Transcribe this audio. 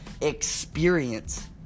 Experience